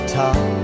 top